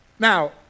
Now